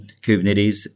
Kubernetes